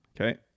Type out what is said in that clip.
Okay